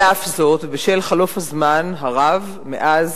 על אף זאת ובשל חלוף הזמן הרב מאז,